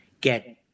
get